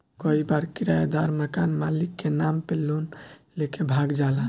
कई बार किरायदार मकान मालिक के नाम पे लोन लेके भाग जाला